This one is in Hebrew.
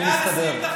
אני מסתדר.